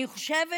אני חושבת